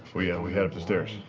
we yeah we head up the stairs.